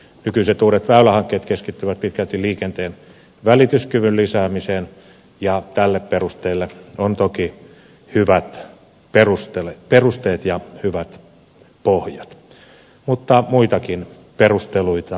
nykyiset uudet väylähankkeet keskittyvät pitkälti liikenteen välityskyvyn lisäämiseen ja tälle on toki hyvät perusteet ja hyvät pohjat mutta muitakin perusteluita toki löytyy